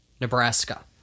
Nebraska